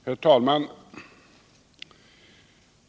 Herr talman!